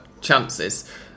chances